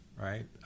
right